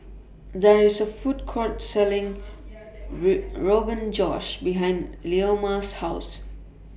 There IS A Food Court Selling Rogan Josh behind Leoma's House